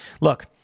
Look